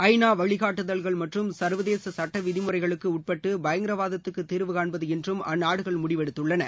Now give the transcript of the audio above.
ஐநா வழிகாட்டுதல்கள் மற்றும் சர்வதேச சட்ட விதிமுறைகளுக்கு உட்பட்டு பயங்கரவாதத்துக்கு தீர்வுகாண்பது என்றும் அந்நாடுகள் முடிவெடுத்துள்ளன